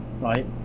right